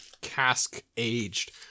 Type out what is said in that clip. cask-aged